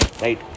right